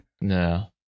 No